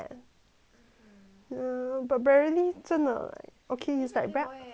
um but brady 真的 okay he's like very